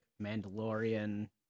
Mandalorian